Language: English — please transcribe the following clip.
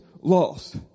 lost